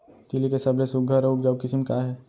तिलि के सबले सुघ्घर अऊ उपजाऊ किसिम का हे?